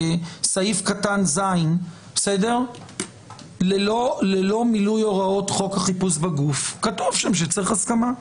סעיף (ז) ללא מילוי הוראות חוק החיפוש בגוף כתוב שם שצריך הסכמה.